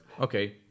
okay